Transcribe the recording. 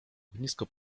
ognisko